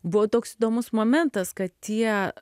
buvo toks įdomus momentas kad tie